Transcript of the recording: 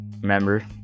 Remember